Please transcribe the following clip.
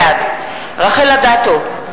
בעד רחל אדטו,